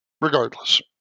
regardless